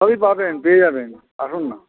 সবই পাবেন পেয়ে যাবেন আসুন না